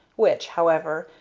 which, however,